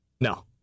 No